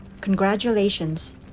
Congratulations